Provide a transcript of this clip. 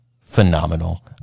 phenomenal